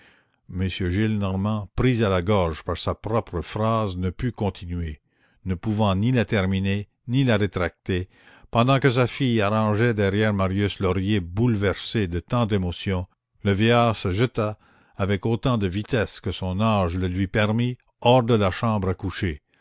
m gillenormand pris à la gorge par sa propre phrase ne put continuer ne pouvant ni la terminer ni la rétracter pendant que sa fille arrangeait derrière marius l'oreiller bouleversé de tant d'émotions le vieillard se jeta avec autant de vitesse que son âge le lui permit hors de la chambre à coucher